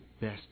best